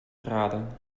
graden